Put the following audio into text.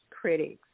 critics